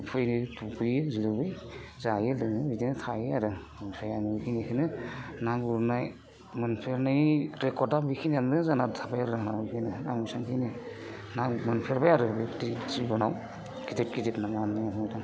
फैयो दुगैयो लोबो जायो लोङो बिदिनो थायो आरो ओमफ्राय आङो बिनिखायनो ना गुरनाय मोनफेरनाय रेकर्दा बेखिनियानो जाना थाबाय आरो आंना बिदिनो आं एसेबांखिनि ना मोनफेरबाय आरो बिदि जिबनाव गिदिर गिदिर ना